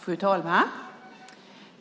Fru talman!